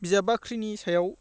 बिजाब बाख्रिनि सायाव